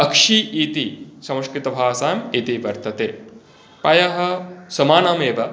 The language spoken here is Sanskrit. अक्षि इति संस्कृतभाषायाम् इति वर्तते प्रायः समानमेव